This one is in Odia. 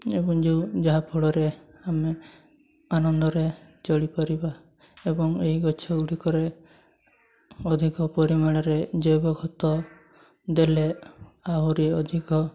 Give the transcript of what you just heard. ଏବଂ ଯେଉଁ ଯାହାଫଳରେ ଆମେ ଆନନ୍ଦରେ ଚଳିପାରିବା ଏବଂ ଏହି ଗଛ ଗୁଡ଼ିକରେ ଅଧିକ ପରିମାଣରେ ଜୈବ ଖତ ଦେଲେ ଆହୁରି ଅଧିକ